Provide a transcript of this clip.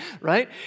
Right